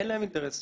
אין להם אינטרס